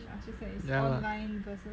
ya lah